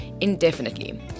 indefinitely